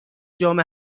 جام